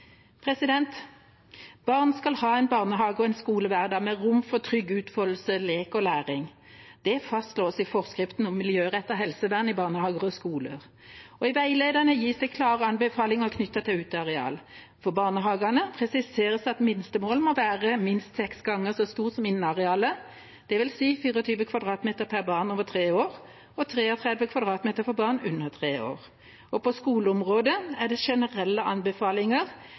Barn skal ha en barnehage og en skolehverdag med rom for trygg utfoldelse, lek og læring. Det fastslås i forskriften om miljørettet helsevern i barnehager og skoler. I veilederne gis det klare anbefalinger knyttet til uteareal for barnehagene. Det presiseres at minstemål må være minst seks ganger så stort som innearealet, dvs. 24 m 2 per barn over tre år og 33 m 2 for barn under tre år. På skoleområdet er det generelle anbefalinger